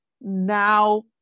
now